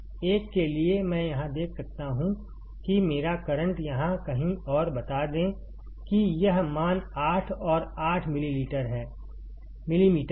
1 के लिए मैं यहां देख सकता हूं कि मेरा करंट यहां कहीं है और बता दें कि यह मान 8 और 8 मिलीमीटर है